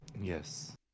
Yes